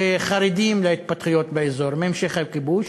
שחרדים להתפתחויות באזור, מהמשך הכיבוש,